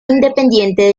independiente